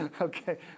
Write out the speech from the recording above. Okay